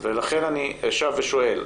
ולכן אני שב ושואל,